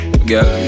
Girl